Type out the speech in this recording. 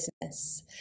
business